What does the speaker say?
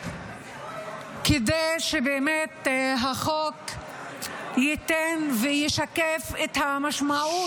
-- כדי שבאמת החוק ייתן וישקף את המשמעות